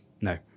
no